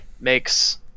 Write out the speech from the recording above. makes